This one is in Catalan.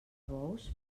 bous